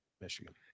michigan